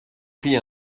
pris